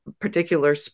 particular